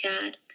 God